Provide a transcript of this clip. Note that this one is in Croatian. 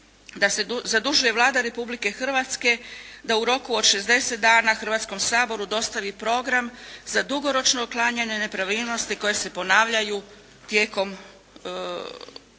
da se zadužuje Vlada Republike Hrvatske da u roku od 60 dana Hrvatskom saboru dostavi program za dugoročno otklanjanje nepravilnosti koje se ponavljaju utvrđenom revizijom